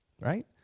right